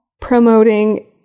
promoting